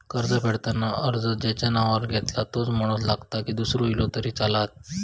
कर्ज फेडताना कर्ज ज्याच्या नावावर घेतला तोच माणूस लागता की दूसरो इलो तरी चलात?